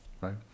right